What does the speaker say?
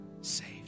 saved